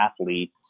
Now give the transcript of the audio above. athletes